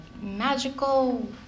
magical